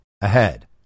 Ahead